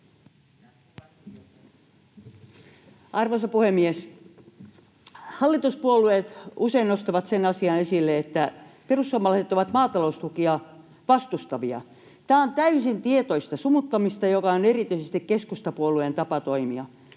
Arvoisa puhemies! Hallituspuolueet usein nostavat sen asian esille, että perussuomalaiset ovat maataloustukia vastustavia. Tämä on täysin tietoista sumuttamista, joka on erityisesti keskustapuolueen tapa toimia.